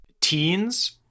teens